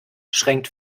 schränkt